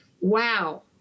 wow